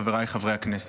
חבריי חברי הכנסת,